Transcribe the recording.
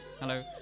Hello